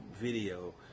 video